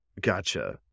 Gotcha